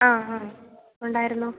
അ ആ ഉണ്ടായിരുന്നു